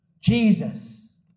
Jesus